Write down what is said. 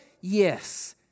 Yes